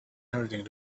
everything